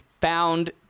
found